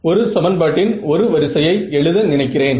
அது கன்வர்ஜ் ஆக ஆரம்பிக்கிறது